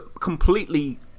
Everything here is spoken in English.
completely